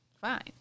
fine